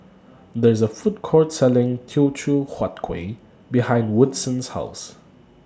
There IS A Food Court Selling Teochew Huat Kueh behind Woodson's House